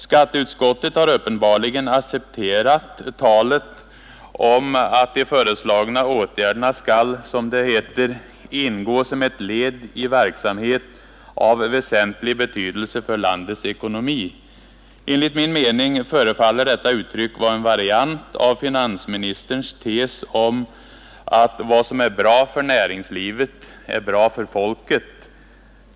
Skatteutskottet har uppenbarligen accepterat talet om att de föreslagna åtgärderna skall, som det heter, ”ingå som ett led i verksamhet av väsentlig betydelse för landets ekonomi”. Enligt min mening förefaller detta uttryck vara en variant av finansministerns tes om att ”vad som är bra för näringslivet är bra för folket”.